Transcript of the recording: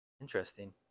Interesting